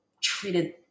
treated